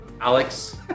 Alex